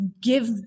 give